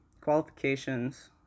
qualifications